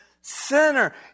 sinner